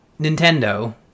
Nintendo